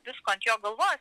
visko ant jo galvos